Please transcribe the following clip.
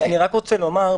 אני רק רוצה להוסיף.